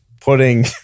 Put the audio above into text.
putting